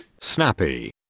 Snappy